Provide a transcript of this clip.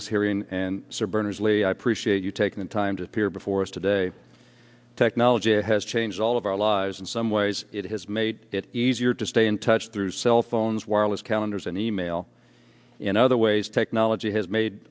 this hearing and sir berners lee i appreciate you taking the time to appear before us today technology has changed all of our lives in some ways it has made it easier to stay in touch through cell phones wireless calendars and e mail in other ways technology has made